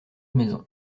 maisons